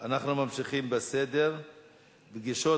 נעבור להצעות לסדר-היום בנושא: פגישות